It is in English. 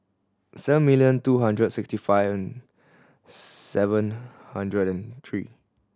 seven million two hundred sixty five and seven hundred and three